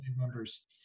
members